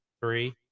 three